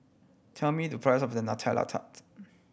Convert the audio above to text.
tell me the price of Nutella Tart